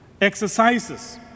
exercises